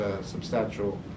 substantial